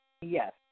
Yes